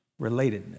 relatedness